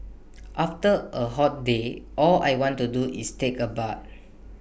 after A hot day all I want to do is take A bath